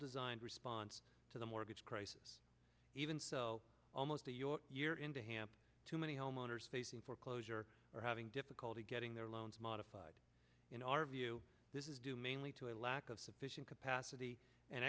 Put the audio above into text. designed response to the mortgage crisis even so almost to your year in the hamp too many homeowners facing foreclosure are having difficulty getting their loans modified in our view this is due mainly to a lack of sufficient capacity and